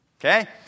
Okay